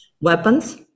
weapons